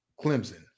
Clemson